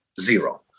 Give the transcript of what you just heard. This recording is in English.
zero